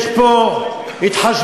יש פה התחשבנות,